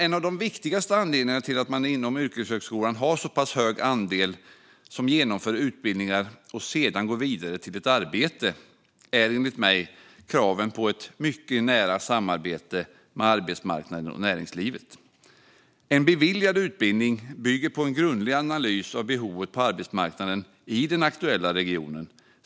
En av de viktigaste anledningarna till att man inom yrkeshögskolan har så pass hög andel som genomför utbildningar och sedan går vidare till ett arbete är enligt mig kraven på ett nära samarbete med arbetsmarknaden och näringslivet. En beviljad utbildning bygger på en grundlig analys av behovet på arbetsmarknaden i den aktuella regionen.